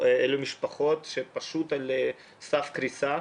אלו משפחות שעל סף קריסה.